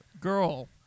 girl